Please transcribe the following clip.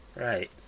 Right